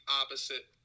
opposite